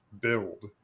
build